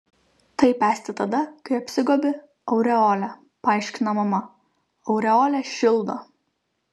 taip esti tada kai apsigobi aureole paaiškina mama aureolė šildo